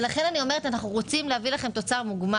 אנחנו רוצים להביא לכם תוצר מוגמר.